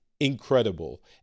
incredible